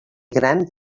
gran